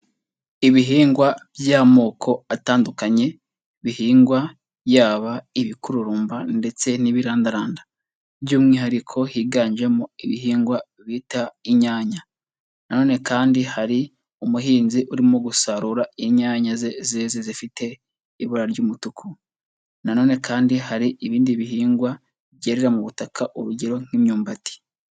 Ibihingwa by'amoko atandukanye bihingwa yaba ibikururumba ndetse n'ibirandaranda, by'umwihariko higanjemo ibihingwa bita inyanya. Na none kandi hari umuhinzi urimo gusarura inyanya ze zeze zifite ibura ry'umutuku. Na none kandi hari ibindi bihingwa byera mu butaka, urugero nk'imyumbati.